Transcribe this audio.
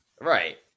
Right